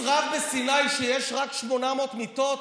נצרב בסיני שיש רק 800 מיטות?